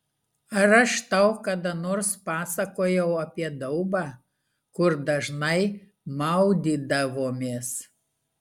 ar aš tau kada nors pasakojau apie daubą kur dažnai maudydavomės